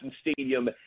Stadium